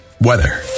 weather